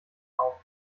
auf